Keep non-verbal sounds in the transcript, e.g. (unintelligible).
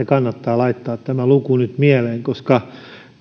(unintelligible) kannattaa laittaa tämä luku nyt mieleen koska